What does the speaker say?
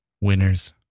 Winners